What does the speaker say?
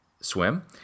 swim